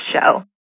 show